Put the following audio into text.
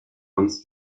uns